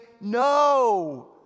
no